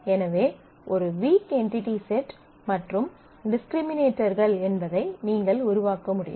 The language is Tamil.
எனவே ஒரு வீக் என்டிடி செட் மற்றும் டிஸ்க்ரிமினேட்டர்கள் என்பதை நீங்கள் உருவாக்க முடியும்